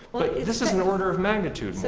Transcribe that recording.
this is an order of magnitude. so